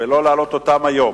ולא להעלות אותן היום.